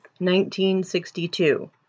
1962